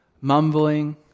mumbling